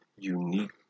Unique